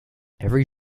every